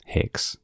hicks